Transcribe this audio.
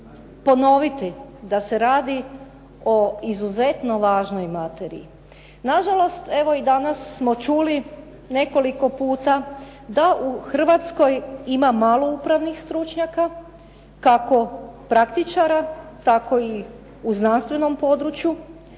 ponoviti da se radi o izuzetno važnoj materiji. Na žalost, evo i danas smo čuli nekoliko puta da u Hrvatskoj ima malo upravnih stručnjaka kako praktičara, tako i u znanstvenom području,